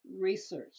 Research